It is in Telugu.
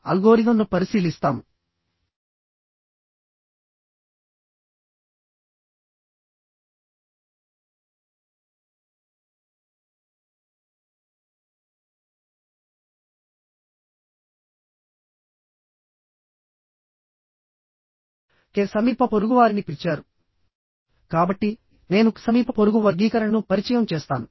ఈరోజు మనం కొత్త చాప్టర్ మొదలు పెడదాము